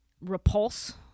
repulse